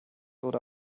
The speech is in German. oder